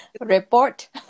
Report